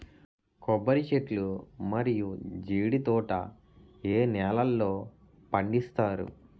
కొబ్బరి చెట్లు మరియు జీడీ తోట ఏ నేలల్లో పండిస్తారు?